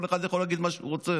כל אחד יכול להגיד מה שהוא רוצה,